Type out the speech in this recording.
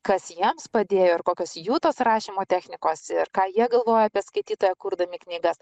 kas jiems padėjo ir kokios jų tos rašymo technikos ir ką jie galvoja apie skaitytoją kurdami knygas